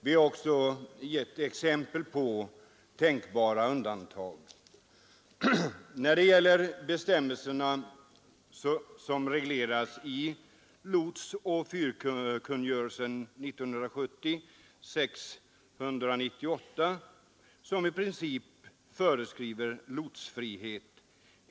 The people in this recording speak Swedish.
Vi har också givit exempel på tänkbara undantag. Nu gällande bestämmelser regleras i lotsoch fyrkungörelsen av år 1970 — SFS 698 — som i princip föreskriver lotsfrihet.